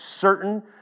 certain